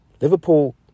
Liverpool